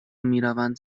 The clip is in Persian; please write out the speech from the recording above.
میروند